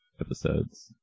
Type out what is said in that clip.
episodes